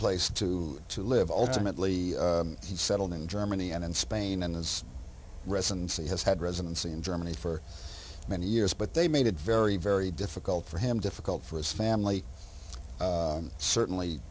place to live alternately he settled in germany and spain and as residency has had residency in germany for many years but they made it very very difficult for him difficult for his family certainly